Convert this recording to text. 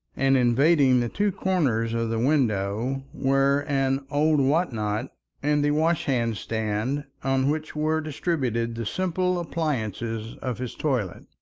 and invading the two corners of the window were an old whatnot and the washhandstand, on which were distributed the simple appliances of his toilet.